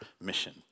mission